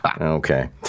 Okay